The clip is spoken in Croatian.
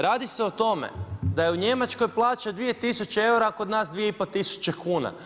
Radi se o tome da je u Njemačkoj plaća 2000 eura, a kod nas 25000 kn.